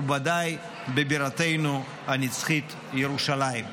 ובוודאי בבירתנו הנצחית ירושלים.